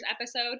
episode